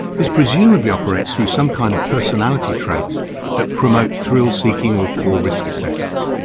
this presumably operates through some kind of personality traits that promote thrill seeking or poor risk assessment.